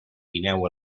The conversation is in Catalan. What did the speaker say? guineu